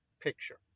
picture